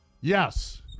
Yes